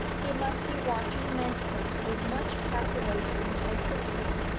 he must be watching manston with much calculation and system,